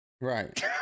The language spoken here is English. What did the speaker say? right